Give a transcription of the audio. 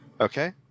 Okay